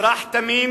אזרח תמים,